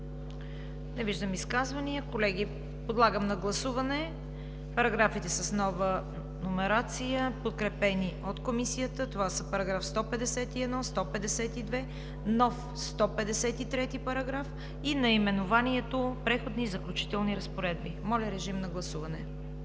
Не виждам. Колеги, подлагам на гласуване параграфите с нова номерация, подкрепени от Комисията. Това са параграфи 151, нови 152 и 153 и наименованието „Преходни и заключителни разпоредби“. Моля, гласувайте.